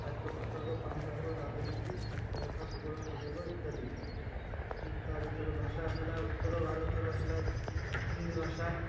ଖାଦ୍ୟ ପୋଷାକ ପାଣିପାଗ ରାଜନୀତି ସାକ୍ଷରତା ଭୂଗୋଳ ସୁଯୋଗ ଇତ୍ୟାଦି ତା ଭିତରେ ଭାଷା ହେଲା ଉତ୍ତର ଭାରତର ହେଲା ହିନ୍ଦୀ ଭାଷା